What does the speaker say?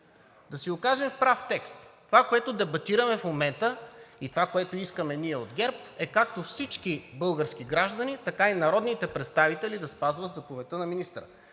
Да си го кажем в прав текст – това, което дебатираме в момента, и това, което искаме ние от ГЕРБ, е както всички български граждани, така и народните представители да спазват заповедта на министъра.